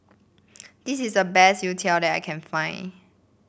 this is the best youtiao that I can find